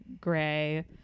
gray